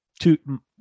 two